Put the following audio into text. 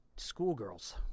schoolgirls